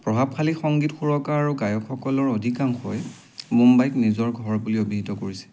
প্ৰভাৱশালী সংগীত সুৰকাৰ আৰু গায়কসকলৰ অধিকাংশই মুম্বাইক নিজৰ ঘৰ বুলি অভিহিত কৰিছে